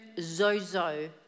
Zozo